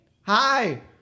Hi